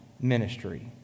ministry